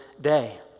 day